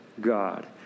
God